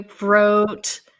wrote